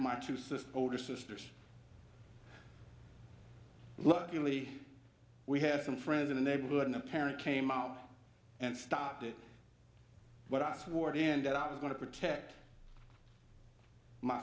my two sisters older sisters luckily we had some friends in the neighborhood and a parent came out and stopped it but i swore and that i was going to protect my